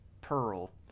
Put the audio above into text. Pearl